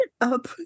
up